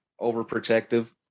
overprotective